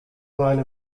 line